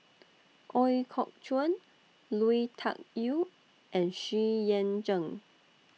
Ooi Kok Chuen Lui Tuck Yew and Xu Yuan Zhen